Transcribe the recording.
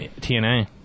TNA